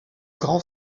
grand